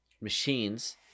Machines